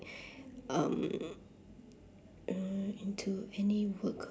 um mm into any work